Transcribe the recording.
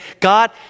god